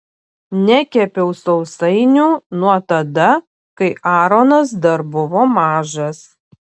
nekepiau sausainių nuo tada kai aronas dar buvo mažas